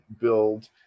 build